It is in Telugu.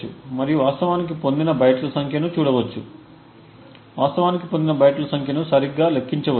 మరియు వాస్తవానికి పొందిన బైట్ల సంఖ్యను చూడవచ్చు మరియు వాస్తవానికి పొందిన బైట్ల సంఖ్యను సరిగ్గా లెక్కించవచ్చు